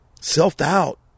self-doubt